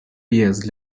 years